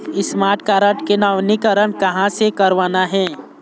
Smart card के नवीनीकरण कहां से करवाना हे?